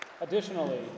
Additionally